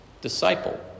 disciple